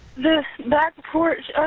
the bac porch,